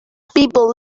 people